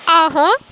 ஆஹா